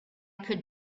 could